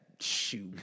shoot